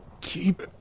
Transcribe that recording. Keep